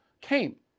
came